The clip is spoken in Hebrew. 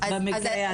במקרה הזה.